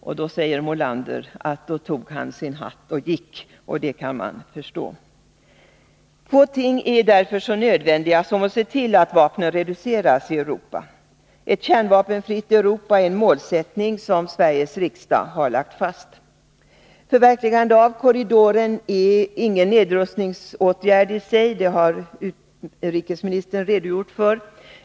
Molander säger att då tog han sin hatt och gick, och det kan man förstå. Få ting är så nödvändiga som att se till att vapnen reduceras i Europa. Ett kärnvapenfritt Europa är en målsättning som Sveriges riksdag har lagt fast. Förverkligandet av korridoren är ingen nedrustningsåtgärd i sig — det har utrikesministern redogjort för.